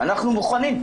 אנחנו מוכנים,